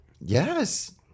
Yes